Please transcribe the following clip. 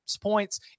points